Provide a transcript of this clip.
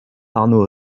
arnaud